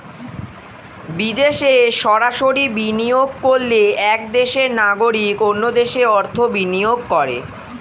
বিদেশে সরাসরি বিনিয়োগ করলে এক দেশের নাগরিক অন্য দেশে অর্থ বিনিয়োগ করে